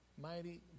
mighty